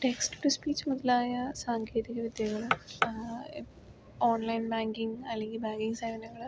text to speech മുതലായ സാങ്കേതിക വിദ്യകൾ ഓൺ ലൈൻ ബാങ്കിങ് അല്ലെങ്കിൽ ബാങ്കിങ് സേവനങ്ങൾ